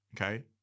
okay